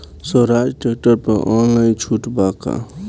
सोहराज tractor पर online छूट बा का?